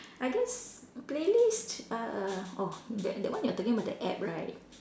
I guess playlist uh orh that that one you're talking about the app right